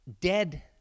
dead